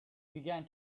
began